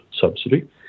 subsidy